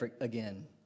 again